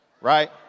right